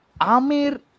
Amir